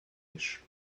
bêche